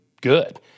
good